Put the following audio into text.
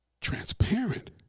transparent